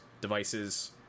devices